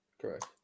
Correct